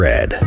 Red